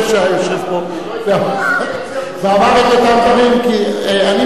אני מבין.